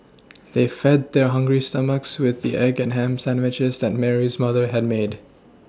they fed their hungry stomachs with the egg and ham sandwiches that Mary's mother had made